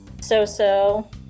so-so